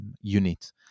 unit